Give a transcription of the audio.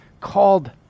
called